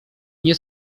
nie